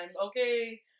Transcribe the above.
okay